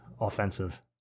offensive